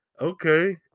Okay